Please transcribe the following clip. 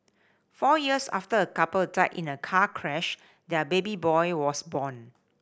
four years after a couple died in a car crash their baby boy was born